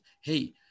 hey